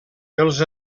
els